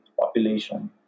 population